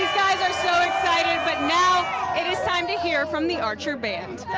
are so excited but now time to hear from the archer band.